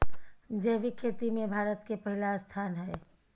जैविक खेती में भारत के पहिला स्थान हय